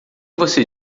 você